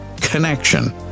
connection